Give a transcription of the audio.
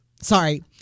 Sorry